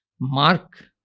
mark